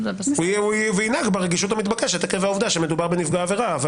והוא ינהג ברגישות המתבקשת עקב העובדה שמדובר שנפגע עבירה.